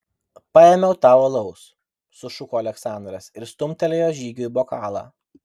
paėmiau tau alaus sušuko aleksandras ir stumtelėjo žygiui bokalą